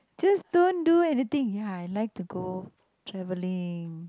just don't do anything ya I like to go travelling